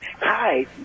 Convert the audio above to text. Hi